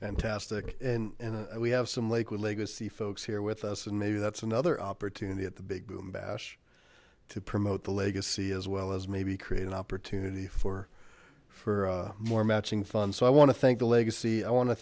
tested and we have some liquid legacy folks here with us and maybe that's another opportunity at the big boom bash to promote the legacy as well as maybe create an opportunity for for more matching funds so i want to thank the legacy i want to